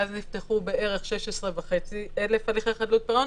אז נפתחו בערך 16,500 הליכי חדלות פירעון.